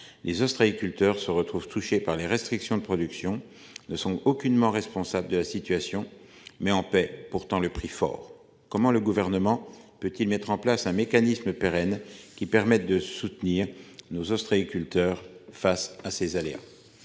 Les ostréiculteurs se retrouve touchée par les restrictions de production ne sont aucunement responsables de la situation mais en paix. Pourtant le prix fort. Comment le gouvernement peut-il mettre en place un mécanisme pérenne qui permette de soutenir nos ostréiculteurs face à ces aléas.